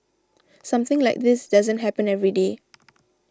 something like this doesn't happen every day